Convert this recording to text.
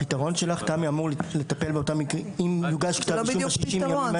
הפתרון שלך אמור לטפל במקרים שיוגש כתב אישום ב-60 הימים האלה?